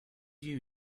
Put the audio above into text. you